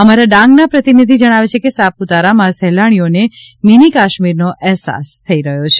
અમારા ડાંગના પ્રતિનિધિ જણાવે છે કે સાપુતારામાં સહેલાણીઓને મીની કાશ્મીરનો અહેસાસ થઈ રહ્યો છે